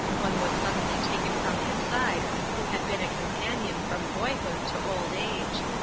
one was suddenly taken from his side who had been a companion from boyhood to old age.